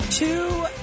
Two